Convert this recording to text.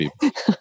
people